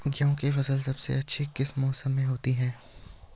गेहूँ की फसल सबसे अच्छी किस मौसम में होती है